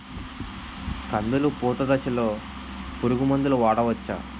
కందులు పూత దశలో పురుగు మందులు వాడవచ్చా?